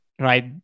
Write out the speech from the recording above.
right